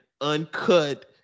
uncut